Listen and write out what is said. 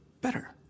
better